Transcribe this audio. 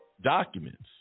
documents